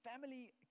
family